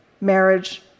marriage